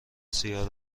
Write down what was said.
سیاه